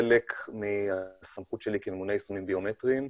וחלק מהסמכות שלי כממונה יישומים ביומטריים,